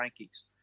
rankings